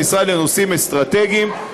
המשרד לנושאים אסטרטגיים,